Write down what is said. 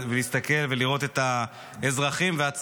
ולהסתכל ולראות את האזרחים ואת הצרכים,